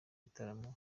gitaramo